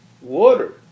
water